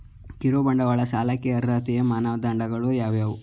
ಕಿರುಬಂಡವಾಳ ಸಾಲಕ್ಕೆ ಅರ್ಹತೆಯ ಮಾನದಂಡಗಳು ಯಾವುವು?